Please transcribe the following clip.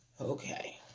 okay